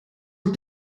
een